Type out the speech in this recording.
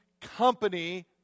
company